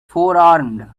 forearmed